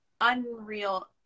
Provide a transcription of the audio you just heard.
unreal